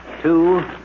two